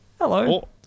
Hello